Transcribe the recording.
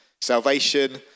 Salvation